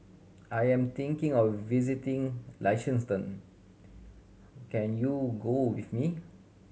I am thinking of visiting Liechtenstein can you go with me